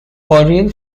boreal